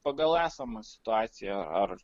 pagal esamą situaciją ar